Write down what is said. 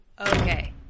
okay